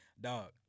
dog